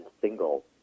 single